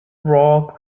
raw